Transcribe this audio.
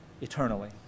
eternally